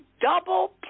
double